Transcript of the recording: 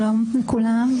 שלום לכולם,